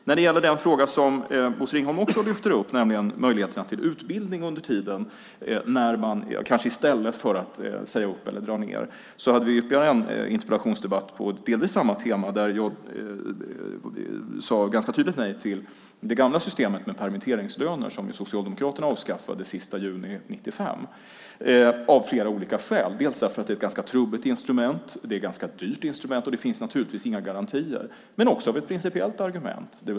När det gäller den fråga som Bosse Ringholm också lyfter upp, möjligheter till utbildning i stället för att man säger upp eller drar ned, hade vi ytterligare en interpellationsdebatt på delvis samma tema där jag sade ganska tydligt nej till det gamla systemet med permitteringslöner som Socialdemokraterna avskaffade den 30 juni 1995. Det var av flera olika skäl. Det är ett ganska trubbigt instrument, det är ett ganska dyrt instrument, och det finns naturligtvis inga garantier. Men det är också av ett principiellt argument.